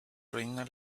reina